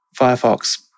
Firefox